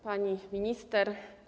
Pani Minister!